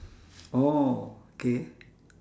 oh okay